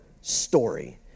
story